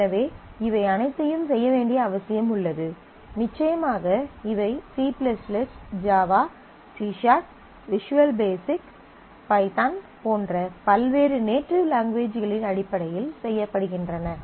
எனவே இவை அனைத்தையும் செய்ய வேண்டிய அவசியம் உள்ளது நிச்சயமாக இவை C C Java C C Visual Basic Python போன்ற பல்வேறு நேட்டிவ் லாங்குவேஜ்களின் அடிப்படையில் செய்யப்படுகின்றன